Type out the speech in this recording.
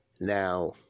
Now